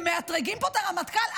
ומאתרגים פה את הרמטכ"ל.